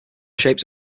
shapes